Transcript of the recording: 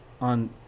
on